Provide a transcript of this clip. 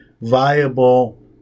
viable